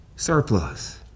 surplus